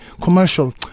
commercial